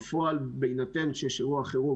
בפועל בהינתן שיש אירוע חירום,